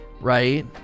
Right